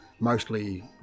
mostly